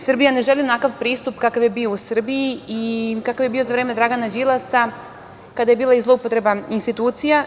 Srbija ne želi onakav pristup kakav je bio u Srbiji za vreme Dragana Đilasa, kada je bilo i zloupotreba institucija.